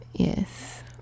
Yes